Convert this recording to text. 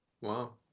Wow